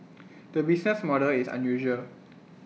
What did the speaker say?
the business model is unusual